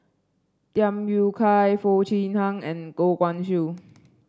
Tham Yui Kai Foo Chee Han and Goh Guan Siew